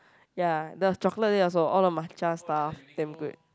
ya the chocolate there also all the matcha stuff damn good